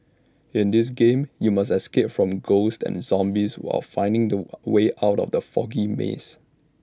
in this game you must escape from ghosts and zombies while finding the way out of the foggy maze